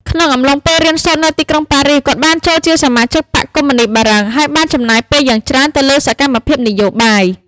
ក្នុងអំឡុងពេលរៀនសូត្រនៅទីក្រុងប៉ារីស គាត់បានចូលជាសមាជិកបក្សកុម្មុនីស្តបារាំង ហើយបានចំណាយពេលយ៉ាងច្រើនទៅលើសកម្មភាពនយោបាយ។